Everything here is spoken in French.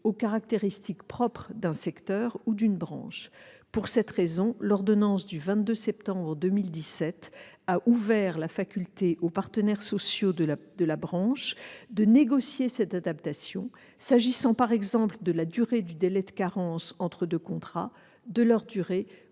caractéristiques propres d'un secteur ou d'une branche. Pour cette raison, l'ordonnance du 22 septembre 2017 a ouvert la faculté aux partenaires sociaux de la branche de négocier cette adaptation, s'agissant, par exemple, de la durée du délai de carence entre deux contrats, de leur durée